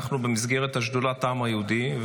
אנחנו במסגרת שדולת העם היהודי,